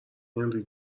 هنری